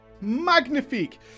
magnifique